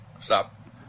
stop